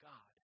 God